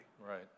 Right